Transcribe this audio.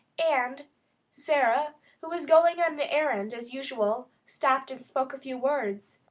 and sara, who was going on an errand as usual, stopped and spoke a few words.